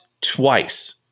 twice